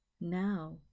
Now